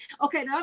Okay